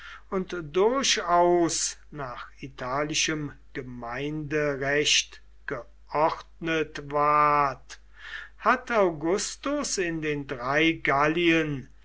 und durchaus nach italischem gemeinde recht geordnet ward hat augustus in den drei gallien